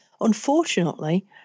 Unfortunately